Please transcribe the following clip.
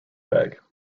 bag